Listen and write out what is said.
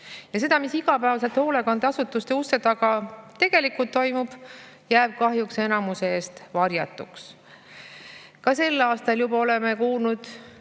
See, mis igapäevaselt hoolekandeasutuste uste taga tegelikult toimub, jääb kahjuks enamuse eest varjatuks. Ka sel aastal oleme juba